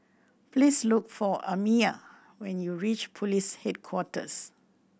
please look for Amya when you reach Police Headquarters